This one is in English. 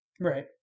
Right